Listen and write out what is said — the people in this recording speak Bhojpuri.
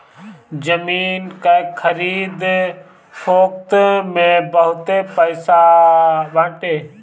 जमीन कअ खरीद फोक्त में बहुते पईसा बाटे